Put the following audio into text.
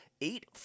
eight